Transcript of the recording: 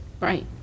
Right